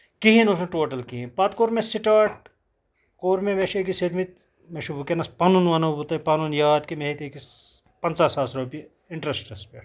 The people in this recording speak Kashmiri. کِہیٖنۍ اوس نہٕ ٹوٹل کِہیٖنۍ پَتہٕ کوٚر مےٚ سٹارٹ کوٚر مےٚ چھِ أکِس ہیٚتمٕتۍ مےٚ چھُ وُنکیٚنس پَنُن وَنو بہٕ تۄہہِ پَنُن یاد کہِ مےٚ ہیٚتۍ أکِس پَنٛژاہ ساس رۄپیہِ اِنٹرَسٹس پٮ۪ٹھ